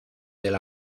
del